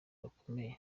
bakomeye